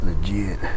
legit